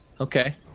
Okay